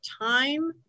time